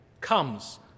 comes